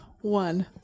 one